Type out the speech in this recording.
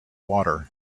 water